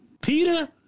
Peter